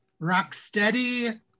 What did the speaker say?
Rocksteady